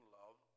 love